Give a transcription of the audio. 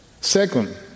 Second